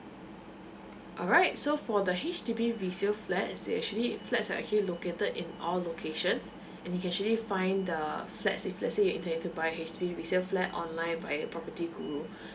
alright so for the H_D_B resale flat they actually flats are actually located in all locations and you can actually find the flats if let's say if you're intending to buy H_D_B resale flat online via propertyguru